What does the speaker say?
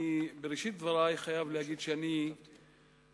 בראשית דברי אני חייב להגיד שאני חצוי